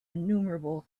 innumerable